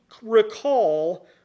recall